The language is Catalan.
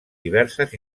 diverses